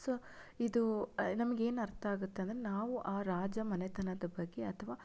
so ಇದು ನಮಗೇನು ಅರ್ಥ ಆಗುತ್ತೆ ಅಂದರೆ ನಾವು ಆ ರಾಜ ಮನೆತನದ ಬಗ್ಗೆ ಅಥವಾ